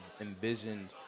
envisioned